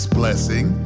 blessing